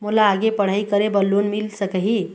मोला आगे पढ़ई करे बर लोन मिल सकही?